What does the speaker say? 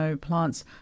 plants